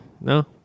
no